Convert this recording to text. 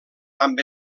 amb